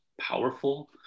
powerful